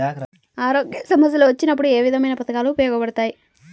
ఆరోగ్య సమస్యలు వచ్చినప్పుడు ఏ విధమైన పథకాలు ఉపయోగపడతాయి